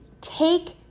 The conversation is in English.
Take